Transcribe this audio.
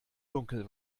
dunkel